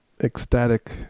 ecstatic